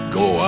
go